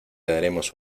daremos